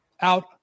out